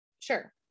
Sure